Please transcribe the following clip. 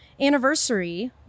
anniversary